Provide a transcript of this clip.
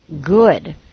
good